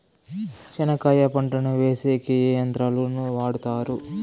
చెనక్కాయ పంటను వేసేకి ఏ యంత్రాలు ను వాడుతారు?